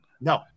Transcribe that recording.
No